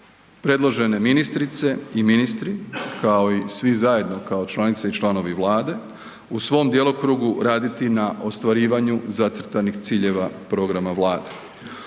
predložene ministrice i ministri kao i svi zajedno kao članice i članovi Vlade u svom djelokrugu raditi na ostvarivanju zacrtanih ciljeva i programa Vlade.